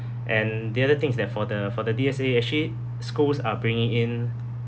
and the other thing is that for the for the D_S_A actually schools are bringing in